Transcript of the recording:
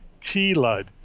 T-LUD